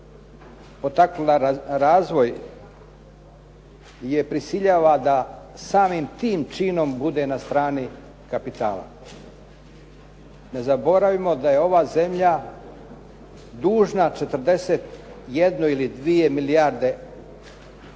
potaknula razvoj je prisiljava da samim tim činom bude na strani kapitala. Ne zaboravimo da je ova zemlja dužna 41 ili 42 milijarde eura